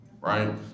right